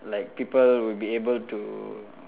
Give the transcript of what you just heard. like people would be able to